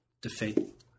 defeat